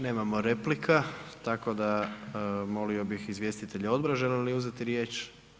Nemamo replika, tako da molio bih izvjestitelja odbora želi li uzeti riječ?